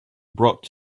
brought